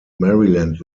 maryland